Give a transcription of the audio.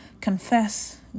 confess